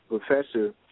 professor